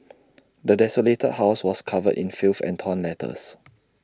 the desolated house was covered in filth and torn letters